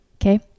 okay